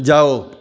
जाओ